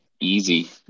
easy